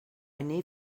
need